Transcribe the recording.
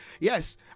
yes